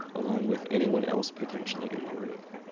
along with anyone else potentially in the room.